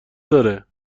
داره